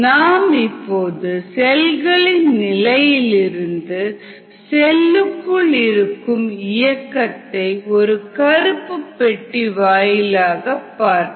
நாம் இப்போது செல்களின் நிலையிலிருந்து செல்லுக்குள் இருக்கும் இயக்கத்தை ஒரு கருப்பு பெட்டி வாயிலாக பார்ப்போம்